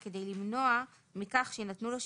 קיבלנו.